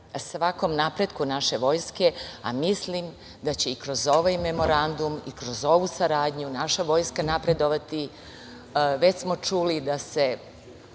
svakom napretku naše vojske, a mislim da će i kroz ovaj memorandum i kroz ovu saradnju naša vojska napredovati. Već smo čuli da se